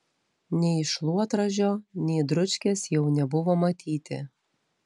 nei šluotražio nei dručkės jau nebuvo matyti